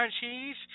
cheese